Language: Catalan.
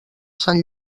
sant